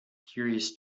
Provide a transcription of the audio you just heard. curious